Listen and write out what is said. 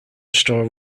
store